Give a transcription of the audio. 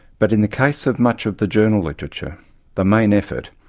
but in the case of much of the journal literature the main effort,